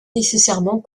nécessairement